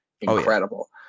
incredible